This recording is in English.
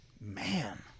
man